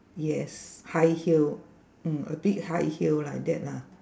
yes high heel mm a bit high heel like that lah